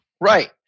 Right